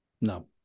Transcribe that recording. No